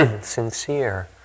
sincere